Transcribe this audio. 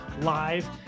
live